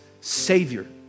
Savior